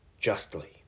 justly